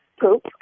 poop